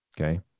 okay